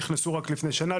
נכנסו רק לפני שנה.